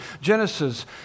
Genesis